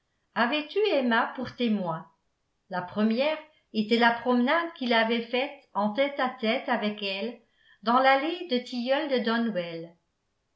avaient eu emma pour témoin la première était la promenade qu'il avait faite en tête-à-tête avec elle dans l'allée de tilleuls de donwell